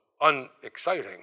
unexciting